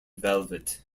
velvet